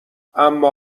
اما